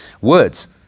words